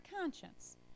conscience